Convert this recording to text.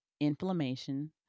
inflammation